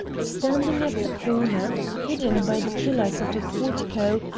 standing at the corner, hidden by the pillars of a portico,